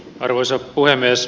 arvoisa puhemies